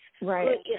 Right